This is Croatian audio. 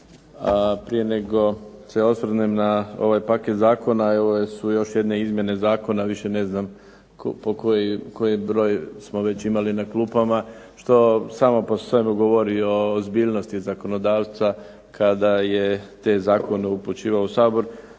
Prije nego se osvrnem na ovaj paket zakona, evo su još jedne izmjene zakona, više ne znam po koji broj smo već imali na klupama, što samo po sebi govori o ozbiljnosti zakonodavstva kada je te zakone upućivala u Sabor,